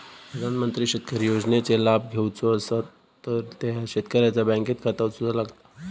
प्रधानमंत्री शेतकरी योजनेचे लाभ घेवचो असतात तर त्या शेतकऱ्याचा बँकेत खाता असूचा लागता